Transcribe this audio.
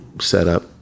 setup